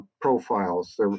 profiles